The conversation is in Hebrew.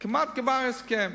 כמעט גמר הסכם.